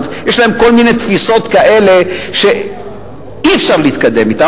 יש להם כל מיני תפיסות כאלה שאי-אפשר להתקדם אתן.